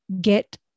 get